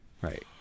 Right